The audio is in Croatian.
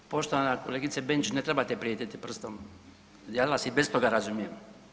Poštovana kolegice Benčić, ne trebate prijeti prstom ja vas i bez toga razumijem.